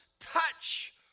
touch